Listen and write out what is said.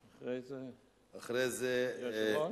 אחרי זה, אחרי זה, היושב-ראש?